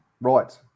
Right